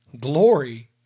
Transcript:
glory